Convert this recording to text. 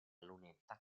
lunetta